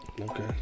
Okay